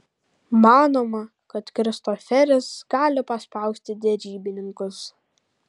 manoma kad kristoferis gali paspausti derybininkus